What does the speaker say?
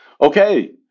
Okay